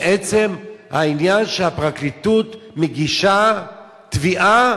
בעצם, העניין שהפרקליטות מגישה תביעה,